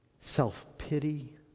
self-pity